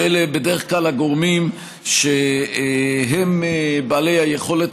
שאלה בדרך כלל הגורמים שהם בעלי היכולת